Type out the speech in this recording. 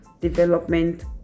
Development